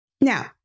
Now